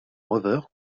rover